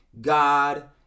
God